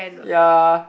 ya